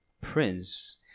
prince